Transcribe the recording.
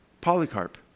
Polycarp